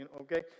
okay